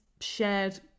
shared